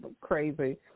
crazy